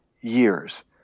years